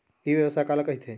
ई व्यवसाय काला कहिथे?